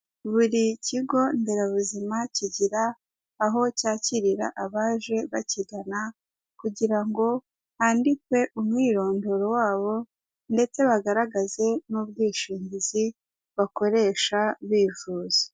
Buri kigo nderabuzima kigira aho cyakirira abaje bakigana, kugira ngo handikwe umwirondoro wabo ndetse bagaragaze n'ubwishingizi bakoresha bifuza.